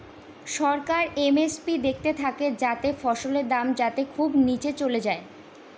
সরকার MSP দেখতে থাকে যাতে ফসলের দাম যাতে খুব নীচে চলে যায়